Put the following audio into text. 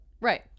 Right